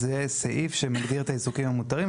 זה סעיף שמגדיר את העיסוקים המותרים,